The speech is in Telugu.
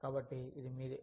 కాబట్టి ఇది మీదే